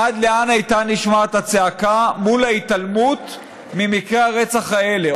עד לאן הייתה נשמעת הצעקה מול ההתעלמות ממקרי הרצח האלה?